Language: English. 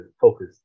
focus